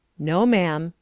no, ma'am,